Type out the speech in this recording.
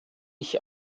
ich